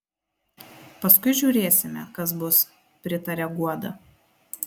paskui žiūrėsime kas bus pritaria guoda